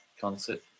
concert